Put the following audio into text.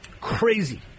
crazy